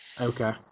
Okay